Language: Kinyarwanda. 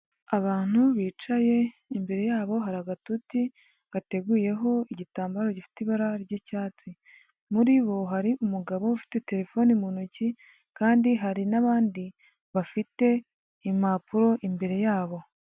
Abantu bicaye imbere yabo hari agatuti gateguyeho igitambaro gifite ibara ry'icyatsi, muri bo hari umugabo ufite telefone mu ntoki kandi hari n'abandi bafite impapuro imbere yabo.